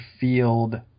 Field